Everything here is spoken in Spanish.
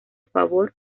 favor